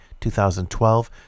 2012